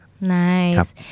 Nice